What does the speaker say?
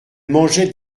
mangeaient